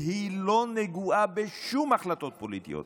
שהיא לא נגועה בשום החלטות פוליטיות.